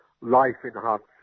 life-enhancing